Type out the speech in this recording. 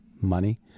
money